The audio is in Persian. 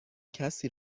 کسی